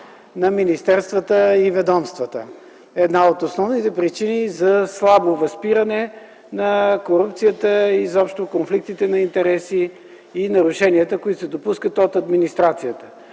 на министерствата и ведомствата – една от основните причини за слабо възпиране на корупцията, конфликтите на интереси и нарушенията, които се допускат от администрацията.